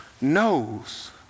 knows